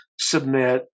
submit